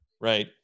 right